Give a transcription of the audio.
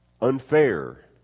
unfair